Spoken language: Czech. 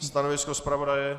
Stanovisko zpravodaje?